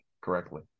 correctly